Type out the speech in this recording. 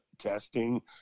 testing